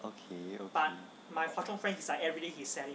okay okay